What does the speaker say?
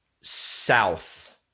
South